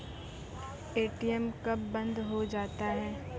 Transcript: ATM कब बंद हो जाता हैं?